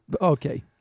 okay